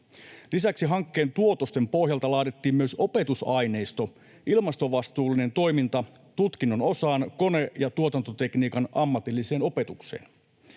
Lisäksi hankkeen tuotosten pohjalta laadittiin myös opetusaineisto ilmastovastuullinen toiminta ‑tutkinnonosaan kone- ja tuotantotekniikan ammatilliseen opetukseen.